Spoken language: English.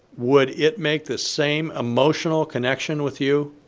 would it make the same emotional connection with you?